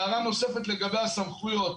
הערה נוספת לגבי הסמכויות.